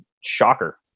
shocker